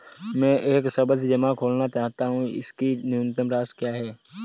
मैं एक सावधि जमा खोलना चाहता हूं इसकी न्यूनतम राशि क्या है?